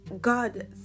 God